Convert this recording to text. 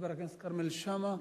חבר הכנסת כרמל שאמה,